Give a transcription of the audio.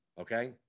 okay